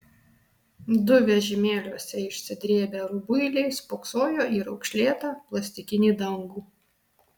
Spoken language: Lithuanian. du vežimėliuose išsidrėbę rubuiliai spoksojo į raukšlėtą plastikinį dangų